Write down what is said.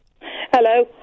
Hello